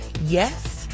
Yes